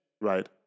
Right